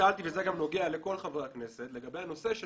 שאלתי וזה נוגע גם לכל חברי הכנסת לגבי הנושא של